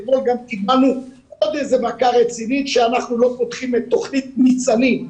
אתמול קיבלנו עוד איזו מכה רצינית שאנחנו לא פותחים את תוכנית "ניצנים",